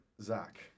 Zach